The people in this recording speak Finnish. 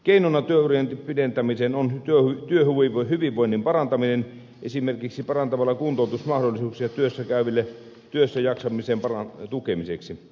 keinona työurien pidentämiseen on työhyvinvoinnin parantaminen esimerkiksi parantamalla kuntoutusmahdollisuuksia työssä käyville työssäjaksamisen tukemiseksi